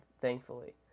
thankfully